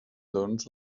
doncs